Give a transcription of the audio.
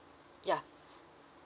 ya